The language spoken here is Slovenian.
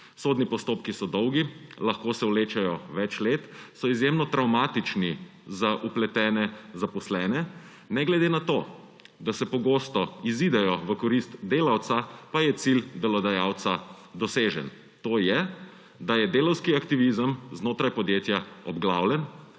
Sodni postopki so dolgi, lahko se vlečejo več let, so izjemno travmatični za vpletene zaposlene. Ne glede na to, da se pogosto izidejo v korist delavca, pa je cilj delodajalca dosežen. To je, da je delavski aktivizem znotraj podjetja obglavljen,